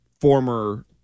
former